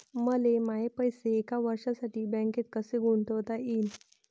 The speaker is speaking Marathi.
मले माये पैसे एक वर्षासाठी बँकेत कसे गुंतवता येईन?